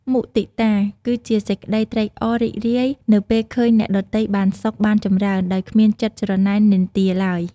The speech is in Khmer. មុទិតា គឺជាសេចក្តីត្រេកអររីករាយនៅពេលឃើញអ្នកដទៃបានសុខ បានចម្រើន ដោយគ្មានចិត្តច្រណែននិន្ទាឡើយ។